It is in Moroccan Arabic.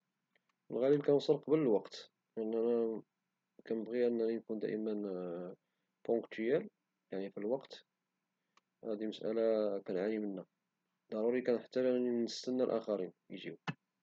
في الغالب كنوصل قبل الوقت لانني كنبغي نكون ديما بونكتويل يعني في الوقت هادي مسألة اللي كنعاني منها، ضروري حتى انا كنتسنى الاخرين اجيو